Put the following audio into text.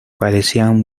parecían